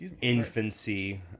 infancy